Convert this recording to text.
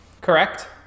Correct